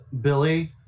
Billy